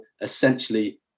essentially